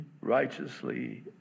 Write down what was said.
righteously